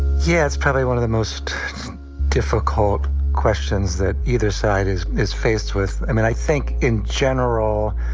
yeah, it's probably one of the most difficult questions that either side is is faced with. i mean, i think in general.